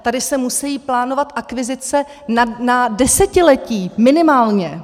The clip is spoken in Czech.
Tady se musí plánovat akvizice na desetiletí, minimálně.